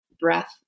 breath